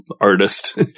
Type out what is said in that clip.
artist